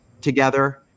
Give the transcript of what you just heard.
together